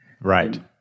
Right